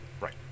Right